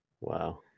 Wow